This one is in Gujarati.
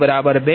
2857 0